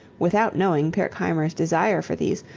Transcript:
without knowing pirkheimer's desire for these,